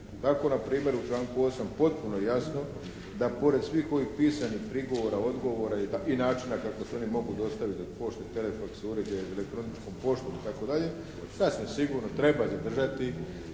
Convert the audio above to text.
Tako na primjer u članku 8. potpuno je jasno da pored svih ovih pisanih prigovora, odgovora i načina kako se oni mogu dostaviti do pošte, telefaks uređaja i elektroničkom poštom itd. sasvim sigurno treba zadržati